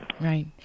right